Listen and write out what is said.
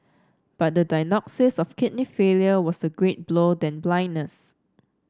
but the diagnosis of kidney failure was a greater blow than blindness